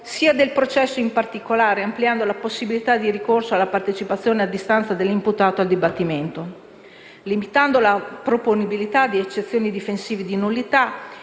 sia del processo, in particolare, ampliando le possibilità di ricorso alla partecipazione a distanza dell'imputato al dibattimento; limitando la proponibilità di eccezioni difensive di nullità,